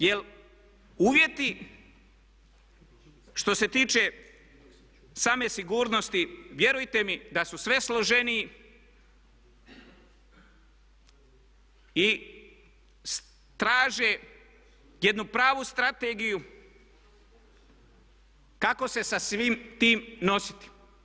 Jer uvjeti što se tiče same sigurnosti vjerujte mi da su sve složeniji i traže jednu pravu strategiju kako se sa svim tim nositi.